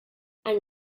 and